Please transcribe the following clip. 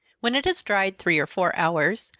when it has dried three or four hours,